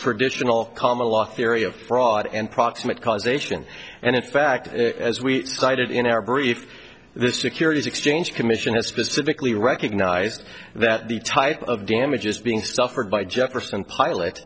traditional common law theory of fraud and proximate cause ation and in fact as we cited in our brief the securities exchange commission has specifically recognized that the type of damages being stuffer by jefferson pilot